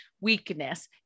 weakness